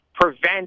prevent